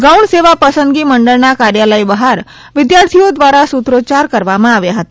ગૌણ સેવા પસંદગી મંડળના કાર્યાલય બહાર વિદ્યાર્થીઓ દ્વારા સૂત્રોચ્યાર કરવામાં આવ્યા હતા